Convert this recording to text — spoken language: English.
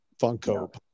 Funko